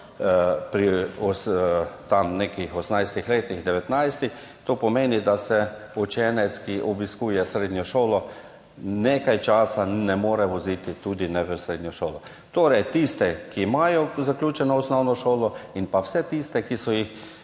letu, devetnajstem. To pomeni, da se učenec, ki obiskuje srednjo šolo, nekaj časa ne more voziti, tudi ne v srednjo šolo. Torej tiste, ki imajo zaključeno osnovno šolo, in vse tiste, ki so jih